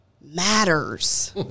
matters